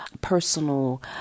personal